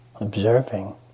observing